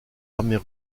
armées